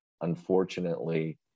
Unfortunately